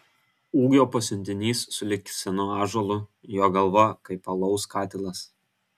ūgio pasiuntinys sulig senu ąžuolu jo galva kaip alaus katilas